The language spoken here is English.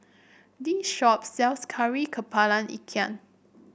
this shop sells Kari kepala Ikan